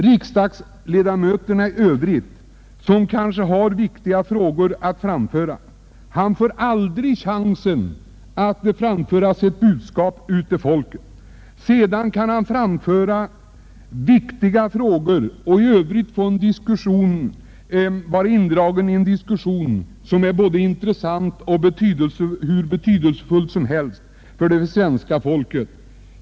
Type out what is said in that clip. Riksdagsledamöterna i övrigt, som kanske har viktiga synpunkter att framföra, får aldrig föra ut sitt budskap till folket. Detta gäller även om vederbörande aktualiserar mycket viktiga frågor och är indragna i diskussioner som kan vara hur intressanta och betydelsefulla som helst för det svenska folket.